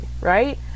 right